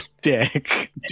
dick